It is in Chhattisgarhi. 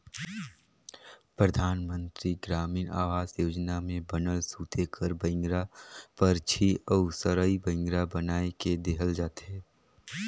परधानमंतरी गरामीन आवास योजना में बनल सूते कर बइंगरा, परछी अउ रसई बइंगरा बनाए के देहल जाथे